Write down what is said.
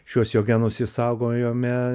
šiuos jo genus išsaugojome